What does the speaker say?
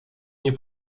nie